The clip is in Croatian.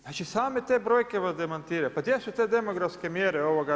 Znači same te brojke vas demantiraju, pa gdje su te demografske mjere?